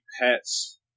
Pets